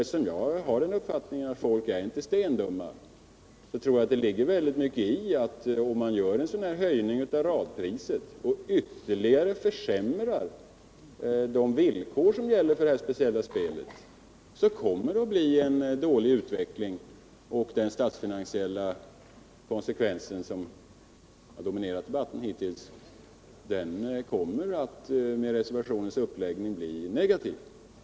Eftersom jag har den uppfattningen att folk inte är stendumma tror jag att det ligger mycket i detta att om man höjer radpriset och ytterligare försämrar villkoren, så kommer det att bli en dålig utveckling. De statsfinansiella konsekvenserna kommer med reservationens uppläggning att bli negativa.